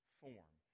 form